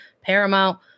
Paramount